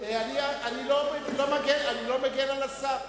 אני לא מגן על השר,